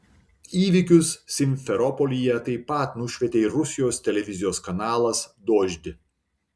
įvykius simferopolyje taip pat nušvietė ir rusijos televizijos kanalas dožd